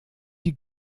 die